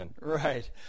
right